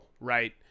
Right